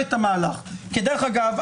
דרך אגב,